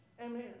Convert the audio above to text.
Amen